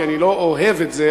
כי אני לא אוהב את זה,